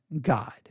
God